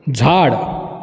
झाड